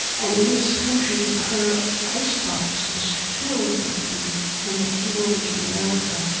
and in this country, her icebox was filled with food, when they came over to america,